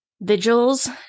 Vigils